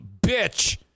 bitch